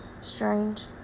strange